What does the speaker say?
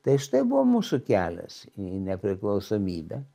tai štai buvo mūsų kelias į nepriklausomybę